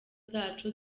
zacu